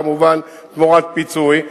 כמובן תמורת פיצוי,